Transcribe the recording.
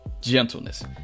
gentleness